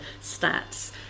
stats